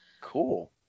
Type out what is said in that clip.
Cool